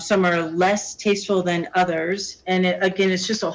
some are less tasteful than others and again it's just a